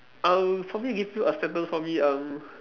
um for me give you a sentence for me um